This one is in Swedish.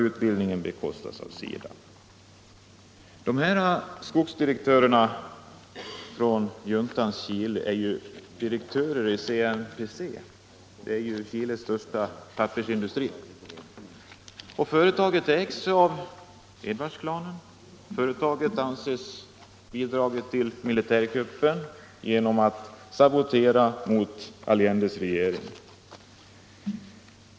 Utbildningen bekostas till största delen av SIDA. Dessa skogsdirektörer från juntans Chile är direktörer i CMPC, Chiles största pappersindustri. Företaget ägs av Edwardsklanen, och företaget anses ha bidragit till militärkuppen genom att sabotera mot Allendes regering.